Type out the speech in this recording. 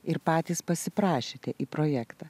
ir patys pasiprašėte į projektą